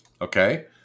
Okay